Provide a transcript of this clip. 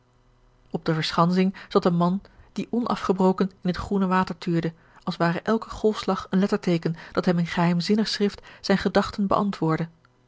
op de verschansing zat een man die onafgebroken in het groene water tuurde als ware elke golfslag een letterteeken dat hem in geheimzinnig schrift zijne gedachten beantwoordde